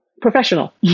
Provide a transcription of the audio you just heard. professional